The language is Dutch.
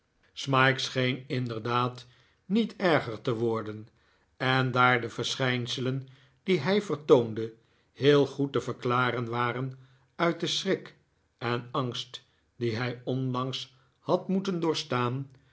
smike scheen inderdaad niet erger te worden en daar de verschijnselen die hij vertoonde heel goed te verklaren waren uit den schrik en angst die hij onlangs had moeten doorstaan